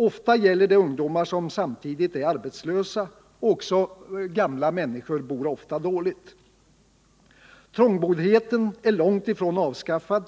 Ofta gäller det de ungdomar som samtidigt är arbetslösa. Också många gamla människor bor dåligt. Trångboddheten är långt ifrån avskaffad.